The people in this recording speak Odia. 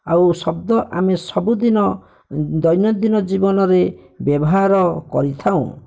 ଆଉ ଶବ୍ଦ ଆମେ ସବୁଦିନ ଦୈନନ୍ଦିନ ଜୀବନରେ ବ୍ୟବହାର କରିଥାଉ